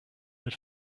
had